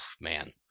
man